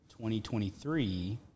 2023